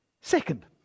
Second